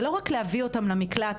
זה לא רק להביא אותם למקלט,